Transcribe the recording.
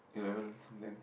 eleven something